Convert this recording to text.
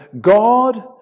God